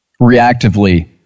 reactively